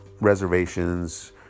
reservations